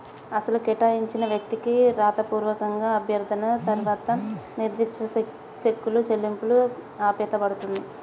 అసలు కేటాయించిన వ్యక్తికి రాతపూర్వక అభ్యర్థన తర్వాత నిర్దిష్ట సెక్కులు చెల్లింపులు ఆపేయబడుతుంది